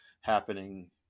happening